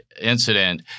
incident